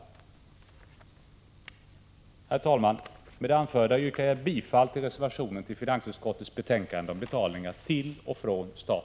Herr talman! Med det anförda yrkar jag bifall till reservationen som är = Prot. 1985/86:143 fogad till finansutskottets betänkande om betalningar till och från staten.